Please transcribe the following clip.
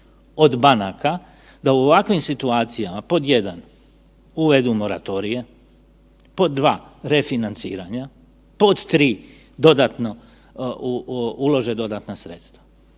od banaka da u ovakvim situacijama, pod 1, uvedu moratorije, pod 2 refinanciranja, pod 3 dodatno, ulože dodatna sredstva.